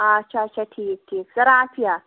آچھا اچھا ٹھیٖک ٹھیٖک رافِیہ